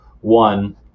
one